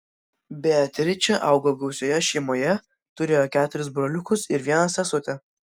beatričė augo gausioje šeimoje turėjo keturis broliukus ir vieną sesutę